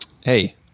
hey